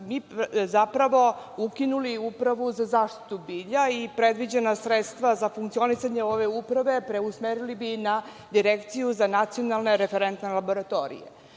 mi zapravo ukinuli Upravu za zaštitu bilja i predviđena sredstva za funkcionisanje ove uprave preusmerili bi na Direkciju za nacionalne referentne laboratorije. Moram